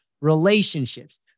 relationships